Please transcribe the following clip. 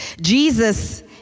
Jesus